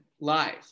live